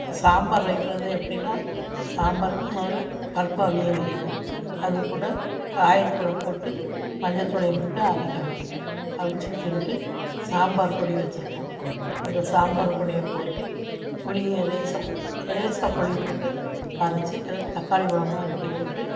சாம்பார் வைக்கிறது எப்படின்னா சாம்பாருக்கு முதல்ல பருப்பை அவிய வைக்கிணும் அதுக்கூட காயித்துட போட்டு மஞ்சத்தூளையும் போட்டு அவிக்கணும் அவித்து வச்சிக்கிட்டு சாம்பார் பொடி வச்சிருப்போம் அந்த சாம்பாரு பொடியை போட்டு புளியை லேசாக லேசாக புளியை போட்டு அரைச்சி அந்த தக்காளி பழமாக வெட்டி போட்டு